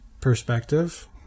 perspective